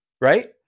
right